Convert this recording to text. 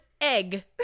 egg